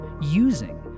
using